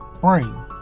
brain